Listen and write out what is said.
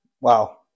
Wow